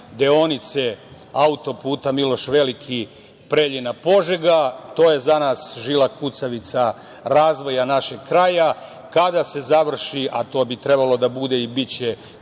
deonice autoputa Miloš Veliki Preljina-Požega. To je za nas žila kucavica razvoja našeg kraja. Kada se završi, a to bi trebalo da bude i biće